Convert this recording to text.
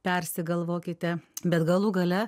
persigalvokite bet galų gale